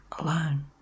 alone